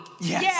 Yes